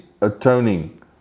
atoning